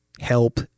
help